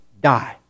die